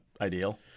ideal